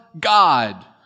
God